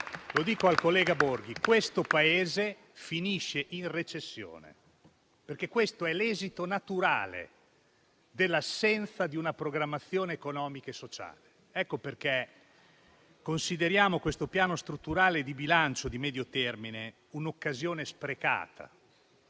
Lo dico al collega Borghi: il Paese finisce in recessione, perché questo è l'esito naturale dell'assenza di una programmazione economica e sociale. Ecco perché consideriamo questo Piano strutturale di bilancio di medio termine un'occasione sprecata.